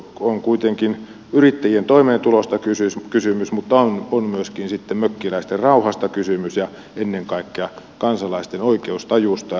on kuitenkin yrittäjien toimeentulosta kysymys mutta on myöskin mökkiläisten rauhasta kysymys ja ennen kaikkea kansalaisten oikeustajusta